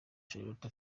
charlotte